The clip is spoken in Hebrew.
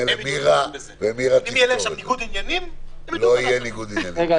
דיברנו עד עכשיו על ההסדר בשטח הפתוח,